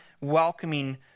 welcoming